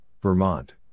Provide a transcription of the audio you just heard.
Vermont